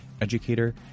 educator